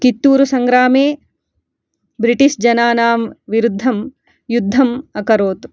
कित्तूरुसङ्ग्रामे British जनानां विरुद्धं युद्धम् अकरोत्